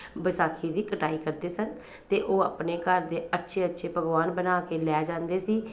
ਵਿਸਾਖੀ ਦੀ ਕਟਾਈ ਕਰਦੇ ਸਨ ਅਤੇ ਉਹ ਆਪਣੇ ਘਰ ਦੇ ਅੱਛੇ ਅੱਛੇ ਪਕਵਾਨ ਬਣਾ ਕੇ ਲੈ ਜਾਂਦੇ ਸੀ